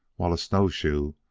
while a snowshoe,